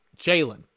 Jalen